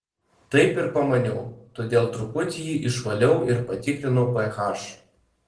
taip ir pamaniau todėl truputį jį išvaliau ir patikrinau ph